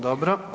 Dobro.